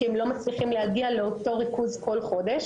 כי הם לא מצליחים להגיע לאותו ריכוז בכל חודש.